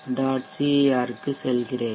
cir க்குச் செல்கிறேன்